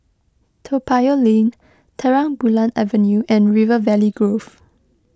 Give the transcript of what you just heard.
Toa Payoh Lane Terang Bulan Avenue and River Valley Grove